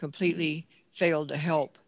completely failed to help